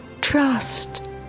trust